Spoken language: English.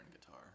guitar